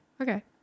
okay